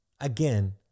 Again